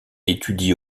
étudie